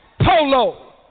polo